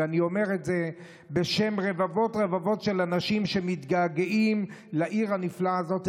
ואני אומר את זה בשם רבבות רבבות של אנשים שמתגעגעים לעיר הנפלאה הזאת,